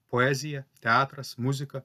poezija teatras muzika